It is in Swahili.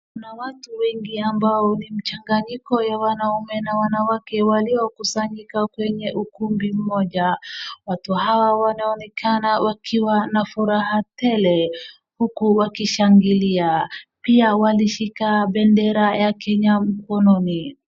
Kuna watu wengi ambao ni mchanganyiko ya wanaume na wanawake walio kusanyika kwenye ukumbi mmoja. Watu hawa wanaonekana wakiwa na furaha tele huku wakishangilia pia wakishika bendera ya kenya mkononi.